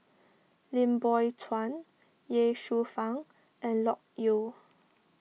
Lim Biow Chuan Ye Shufang and Loke Yew